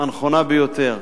הנכונה ביותר.